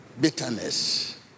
bitterness